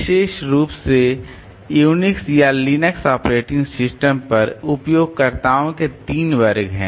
विशेष रूप से यूनिक्स या लिनक्स ऑपरेटिंग सिस्टम पर उपयोगकर्ताओं के तीन वर्ग हैं